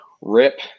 rip